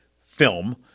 film